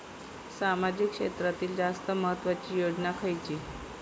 सामाजिक क्षेत्रांतील जास्त महत्त्वाची योजना खयची?